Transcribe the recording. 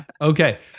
Okay